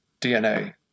dna